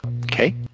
Okay